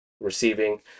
receiving